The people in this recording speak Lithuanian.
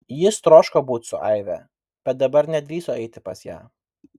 jis troško būti su aive bet dabar nedrįso eiti pas ją